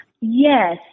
Yes